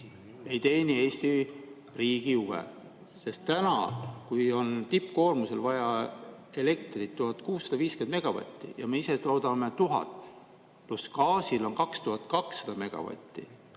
ei teeni Eesti riigi huve, sest täna, kui on tippkoormusel vaja elektrit 1650 megavatti ja me ise toodame 1000, pluss gaasi on 2200 megavatti,